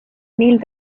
mil